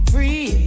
Free